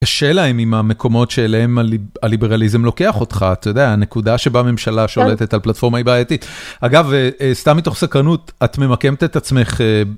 יש שאלה אם עם המקומות שאליהם הליברליזם לוקח אותך, אתה יודע, הנקודה שבה הממשלה שולטת על פלטפורמה היא בעייתית. אגב, סתם מתוך סקרנות, את ממקמת את עצמך...